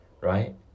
right